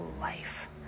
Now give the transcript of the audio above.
life